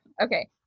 Okay